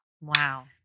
Wow